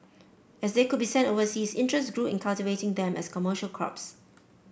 as they could be sent overseas interest grew in cultivating them as commercial crops